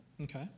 Okay